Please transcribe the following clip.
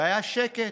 והיה שקט.